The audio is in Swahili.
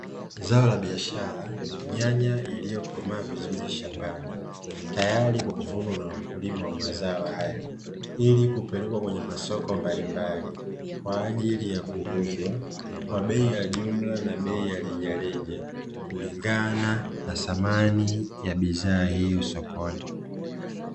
Zao la biashara, nyanya iliyokomaa vizuri shambani tayari kwa kuvunwa na wakulima wa mazao hayo ili kupelekwa kwenye masoko mbalimbali kwa ajili ya kuuzwa kwa bei ya jumla na kwa bei ya rejareja, kulingana na thamani ya bidhaa hiyo sokoni.